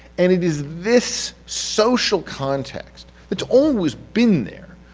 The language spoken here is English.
and it is this social context that's always been there,